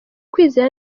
kwizera